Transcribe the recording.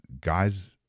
guys